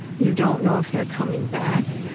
you don't know if they're coming back.